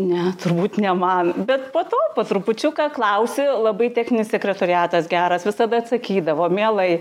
ne turbūt ne man bet po to po trupučiuką klausė labai techninis sekretoriatas geras visada atsakydavo mielai